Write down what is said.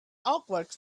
awkward